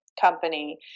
company